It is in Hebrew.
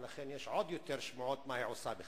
ולכן יש עוד יותר שמועות מה היא עושה בכלל.